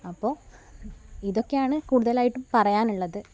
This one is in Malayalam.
അപ്പോള് ഇതൊക്കെയാണ് കൂടുതലായിട്ടും പറയാനുള്ളത്